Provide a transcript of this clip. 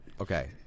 Okay